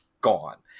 gone